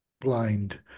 blind